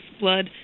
blood